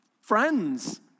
friends